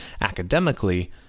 academically